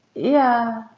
yeah.